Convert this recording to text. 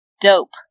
dope